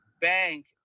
bank